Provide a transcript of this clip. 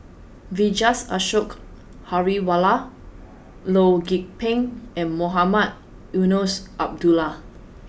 Vijesh Ashok Ghariwala Loh Lik Peng and Mohamed Eunos Abdullah